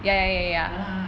ya lah